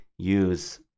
use